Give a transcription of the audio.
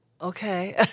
Okay